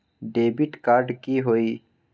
Debit card की होई?